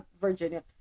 Virginia